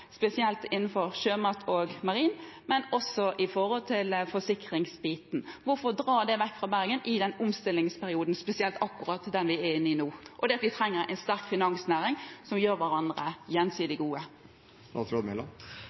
spesielt innenfor sjømat og marin, men også innen forsikringsbiten. Hvorfor dra det vekk fra Bergen, spesielt i akkurat den omstillingsperioden vi er inne i nå? Vi trenger en sterk finansnæring og at en gjør hverandre